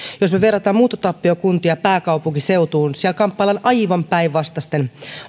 me vertaamme muuttotappiokuntia pääkaupunkiseutuun siellä kamppaillaan aivan päinvastaisten